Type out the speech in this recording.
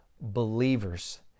believers